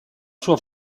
sua